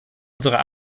unserer